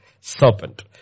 serpent